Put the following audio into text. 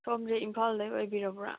ꯁꯣꯝꯁꯦ ꯏꯝꯐꯥꯜꯗꯒꯤ ꯑꯣꯏꯕꯤꯔꯕ꯭ꯔꯥ